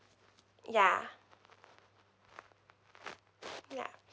ya ya